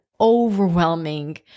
overwhelming